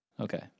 Okay